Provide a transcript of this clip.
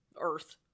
earth